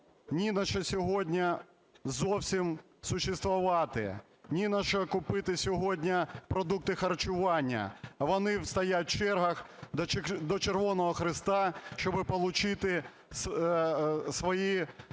ні на що сьогодні зовсім существовать, ні на що купити сьогодні продукти харчування, вони стоять в чергах до Червоного Хреста, щоб получити свої